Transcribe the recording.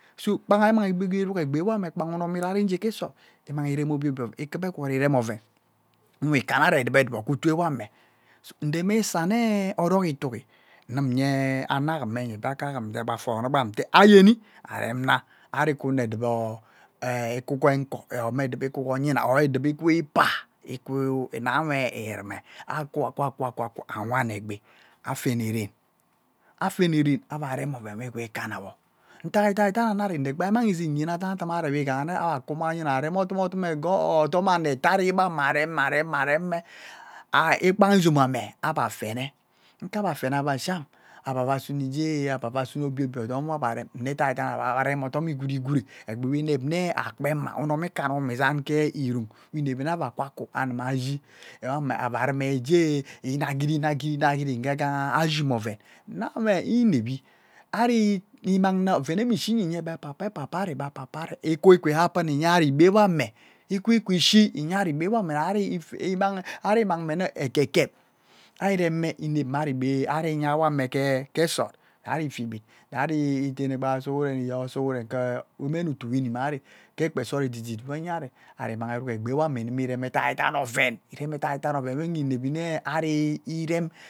So kpanni ari manni obie eruk egbi unom irejie ke sot, mmang irem obie obie oven ikufe egwut mmang irem oven nwe kamna ari edube ebuboo keutu ewamme Nreme isanea orok itugi, nnum-yee Anakum mme enya biaka aukum biabe aforo-ne gbam nnea ahyeni aremna, ari cuba eduboo oor onyena eduboo ikwu ke ikpaa ikwu nnawe irume. Akwu-kwu akwu-kwu akwu-kwu awan egbi afeneren. Afene-ren avai rem oven wie igwekamna woo Ntact ediadai anari iregba emmang eah zain nyen edaidan anari igaha naa agba kuma onyenba arem odum odum otombi ano etoari gbame areme aremme arem arem arem ikpan ezomeabe fene, ikabe fene ezom avai sham abe-ve sunejea abebe sunejae obie obie atom gwabe arem mme edaidan abe avah sunne odom egwugwure egbi-we inep-yeh akpemma unom ekan-ne numa ke-irung. Inep-ne afu kwakwu anwuna ashi, ewame avuru me ejie inagri-inagri-inagri ngha-ngha neah ashima oven nahwe inep-vi. Ari imangha ovennewe ishie nyee, nyee apapa papari be-papari ikwu ikwu happen nyea aribe ebee me ikwu ikwu ishie enyee ari-be imang mmangha nea ekekep, ari mmangha anevi gbaha enya wamsome reah inep ari-ke esot, ari-fi igbu-rari itene gbaa sugurehen isee sot ke emen utu-we inimi ari ke ekpe sot etitit wea enya ari, ari immangha obie eruk egbi-waome inimi rem edaidan oven, irem edaidai oven weanghe inep nneah ari rem